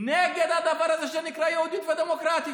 נגד הדבר הזה שנקרא "יהודית ודמוקרטית".